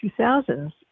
2000s